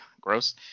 gross